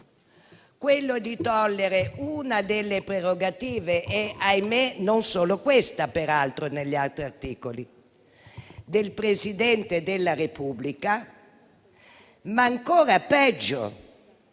quello di togliere una delle prerogative (e, ahimè, non solo questa, peraltro, negli altri articoli) del Presidente della Repubblica e, ancora peggio,